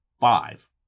five